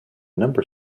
number